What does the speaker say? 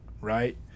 right